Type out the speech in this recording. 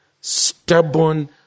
stubborn